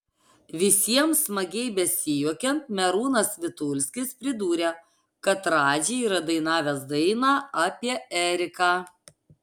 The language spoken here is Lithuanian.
visiems smagiai besijuokiant merūnas vitulskis pridūrė kad radži yra dainavęs dainą apie eriką